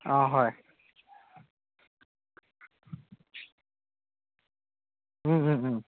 অঁ হয়